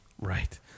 Right